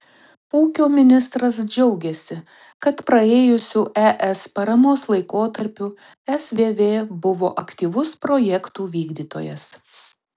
ūkio ministras džiaugėsi kad praėjusiu es paramos laikotarpiu svv buvo aktyvus projektų vykdytojas